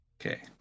Okay